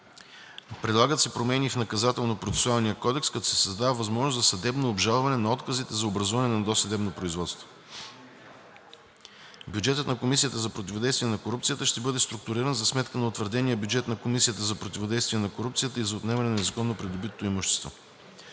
Предлагат се промени и в Наказателно процесуалния кодекс, като се създава възможност за съдебно обжалване на отказите за образуване на досъдебно производство. Бюджетът на Комисията за противодействие на корупцията ще бъде структуриран за сметка на утвърдения бюджет на Комисията за противодействие на корупцията и за отнемане на незаконно придобитото имущество.